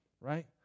Right